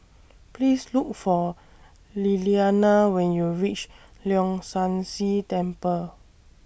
Please Look For Lillianna when YOU REACH Leong San See Temple